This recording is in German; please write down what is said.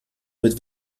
mit